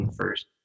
first